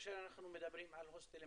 כאשר אנחנו מדברים על הוסטלים,